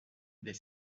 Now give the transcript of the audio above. des